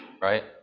right